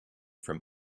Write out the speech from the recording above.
from